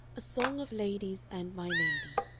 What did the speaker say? a song of ladies and my lady